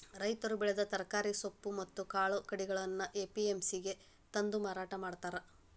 ರೈತರು ಬೆಳೆದ ತರಕಾರಿ, ಸೊಪ್ಪು ಮತ್ತ್ ಕಾಳು ಕಡಿಗಳನ್ನ ಎ.ಪಿ.ಎಂ.ಸಿ ಗೆ ತಂದು ಮಾರಾಟ ಮಾಡ್ತಾರ